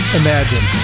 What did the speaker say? imagine